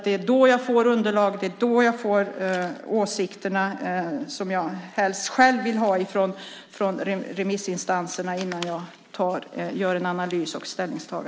Det är då jag får det underlag och de åsikter som jag helst själv vill ha från remissinstanserna innan jag gör en analys och tar ställning.